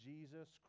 Jesus